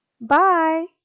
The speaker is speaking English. Bye